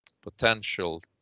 potential